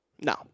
No